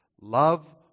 love